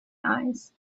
eyes